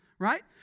Right